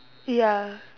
ya